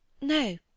No